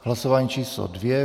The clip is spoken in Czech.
Hlasování číslo 2.